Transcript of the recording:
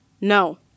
No